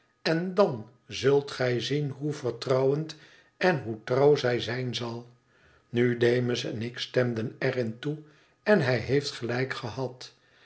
en dan zult gij zien hoe vertrouwenden hoe trouw zij zijn zal nu demus en ik stemden er in toe en hij heeft gelijk gehad